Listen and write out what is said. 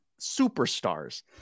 superstars